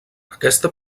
aquesta